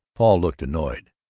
paul looked annoyed.